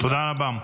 תודה רבה.